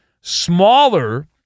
smaller